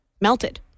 melted